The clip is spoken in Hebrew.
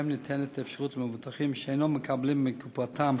שבהם ניתנת אפשרות למבוטחים שאינם מקבלים מקופתם